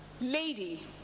lady